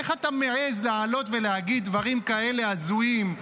איך אתה מעז לעלות ולהגיד דברים כאלה הזויים?